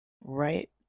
right